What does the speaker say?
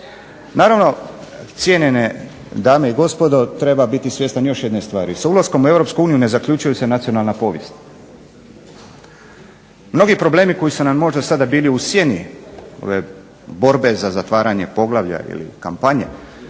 Naravno, cijenjene dame i gospodo treba biti svjestan još jedne stvari. Sa ulaskom u EU ne zaključuje se nacionalna povijest. Mnogi problemi koji su nam možda sada bili u sjeni borbe za zatvaranje poglavlja ili kampanje